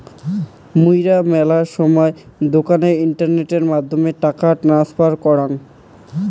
মুইরা মেলা সময় দোকানে ইন্টারনেটের মাধ্যমে টাকা ট্রান্সফার করাং